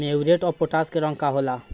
Muriate of potash के रंग का होला?